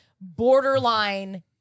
borderline